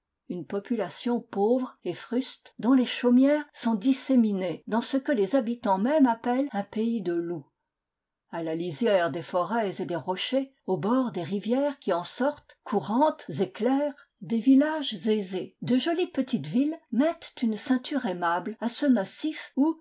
une population pauvre et fruste dont les chaumières sont disséminées dans ce que les habitants mêmes appellent un pays de loups a la lisière des forêts et des rochers au bord des rivières qui en sortent courantes et claires des des villages aisés de jolies petites villes mettent une ceinture aimable à ce massif où